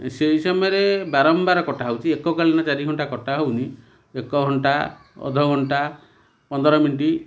ସେଇ ସମୟରେ ବାରମ୍ବାର କଟା ହେଉଛି ଏକ କାଳୀନ ଚାରି ଘଣ୍ଟା କଟା ହେଉନି ଏକ ଘଣ୍ଟା ଅଧଘଣ୍ଟା ପନ୍ଦର ମିନିଟ୍